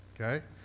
Okay